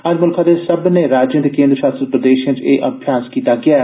अज्ज मुल्ख दे सब्मनें राज्यें ते केन्द्र शासित प्रदेशें च एह् अभ्यास कीता गेआ ऐ